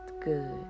good